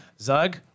Zug